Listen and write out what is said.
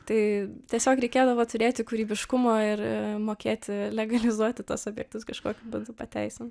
tai tiesiog reikėdavo turėti kūrybiškumo ir mokėti legalizuoti tuos objektus kažkokiu būdu pateisint